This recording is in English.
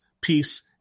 peace